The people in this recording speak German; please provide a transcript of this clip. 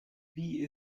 wie